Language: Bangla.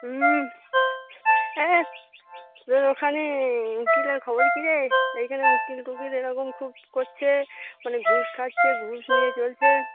হুম হ্যাঁ ওখানে উকিল আর খবর কিরে এইখানে উকিল টুকিল এরকম খুব করছে মানে ঘুষ খাচ্ছে ঘুষ নিয়ে চলছে